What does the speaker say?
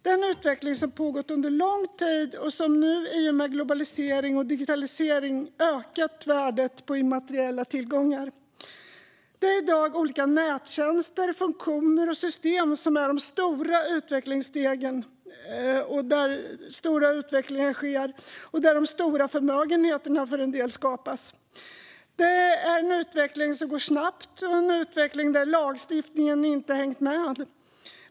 Det är en utveckling som har pågått under lång tid och som nu i och med globalisering och digitalisering har ökat värdet på immateriella tillgångar. Det är i dag i olika nättjänster, funktioner och system som de stora utvecklingsstegen tas och de stora förmögenheterna skapas. Det är en utveckling som går snabbt och en utveckling där lagstiftningen inte hängt med.